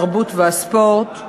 התרבות והספורט,